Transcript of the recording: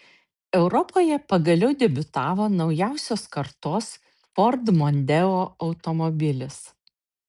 europoje pagaliau debiutavo naujausios kartos ford mondeo automobilis